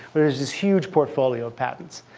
where there's this huge portfolio of patents.